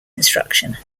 instruction